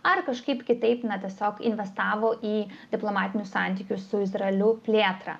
ar kažkaip kitaip na tiesiog investavo į diplomatinių santykių su izraeliu plėtrą